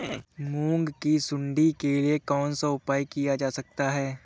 मूंग की सुंडी के लिए कौन सा उपाय किया जा सकता है?